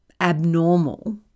abnormal